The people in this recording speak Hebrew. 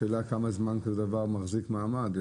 השאלה כמה זמן כזה דבר מחזיק מעמד.